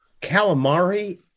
Calamari